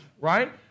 Right